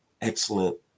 excellent